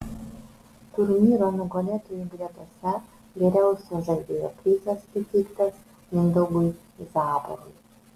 turnyro nugalėtojų gretose geriausio žaidėjo prizas įteiktas mindaugui zaborui